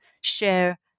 share